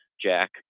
Jack